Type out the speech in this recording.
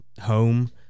home